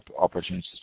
opportunities